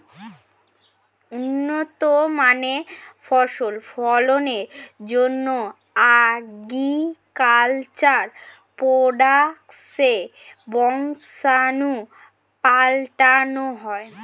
উন্নত মানের ফসল ফলনের জন্যে অ্যাগ্রিকালচার প্রোডাক্টসের বংশাণু পাল্টানো হয়